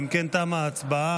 אם כן, תמה ההצבעה.